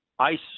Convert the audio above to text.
ice